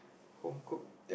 home cook